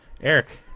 Eric